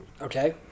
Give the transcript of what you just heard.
Okay